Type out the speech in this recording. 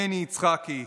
מני יצחקי.